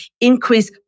increase